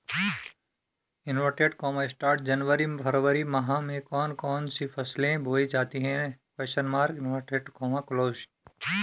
जनवरी फरवरी माह में कौन कौन सी फसलें बोई जाती हैं?